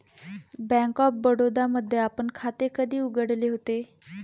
Bank of Baroda मध्ये आपण खाते कधी उघडले होते?